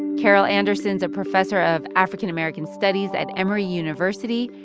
carol anderson's a professor of african-american studies at emory university.